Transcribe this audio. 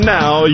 now